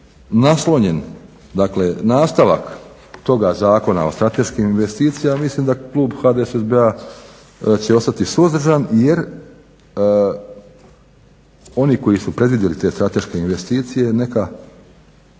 naslonjen dakle, nastavak toga Zakona o strateškim investicijama mislim da Klub HDSSB-a će ostati suzdržan jer oni koji su predvidjeli te strateške investicije. Neka,